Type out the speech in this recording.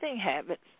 habits